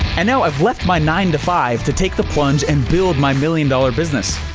and now i've left my nine to five to take the plunge and build my million dollar business.